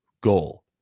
goal